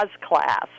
class